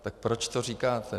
Tak proč to říkáte?